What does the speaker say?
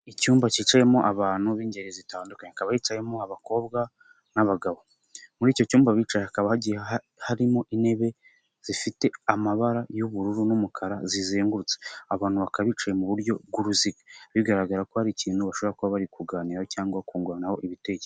Icyumba cyicayemo abantu b'ingeri zitandukanye, hakaba hicayemo abakobwa n'abagabo, muri icyo cyumba bicaye hakaba hagiye harimo intebe zifite amabara y'ubururu n'umukara zizengurutse, abantu bakaba bicaye mu buryo bw'uruziga, bigaragara ko hari ikintu bashobora kuba bari kuganira cyangwa kunguranaho ibitekerezo.